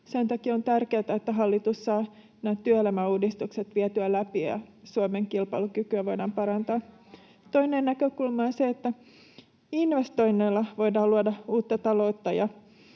Sen takia on tärkeätä, että hallitus saa nämä työelämäuudistukset vietyä läpi ja Suomen kilpailukykyä voidaan parantaa. [Niina Malmin välihuuto] Toinen näkökulma on se, että investoinneilla voidaan luoda uutta taloutta